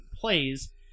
plays